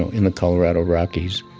in the colorado rockies,